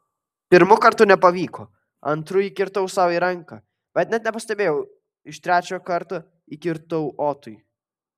pirmu kartu nepavyko antru įkirtau sau į ranką bet net nepastebėjau iš trečio karto įkirtau otui